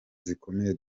zikomeye